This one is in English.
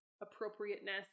appropriateness